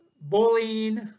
bullying